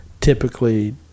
typically